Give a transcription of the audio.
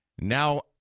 Now